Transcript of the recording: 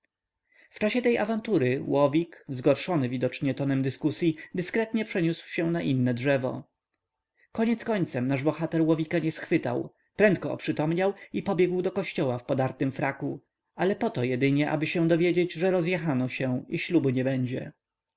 w stronę miasta w czasie tej awantury łowik zgorszony widocznie tonem dyskusyi dyskretnie przeniósł się na inne drzewo koniec końcem nasz bohater łowika nie schwytał prędko oprzytomniał i przybiegł do kościoła w podartym fraku ale po to jedynie aby się dowiedzieć że rozjechano się i ślubu nie będzie